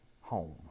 home